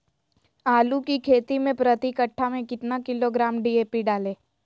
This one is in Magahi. आलू की खेती मे प्रति कट्ठा में कितना किलोग्राम डी.ए.पी डाले?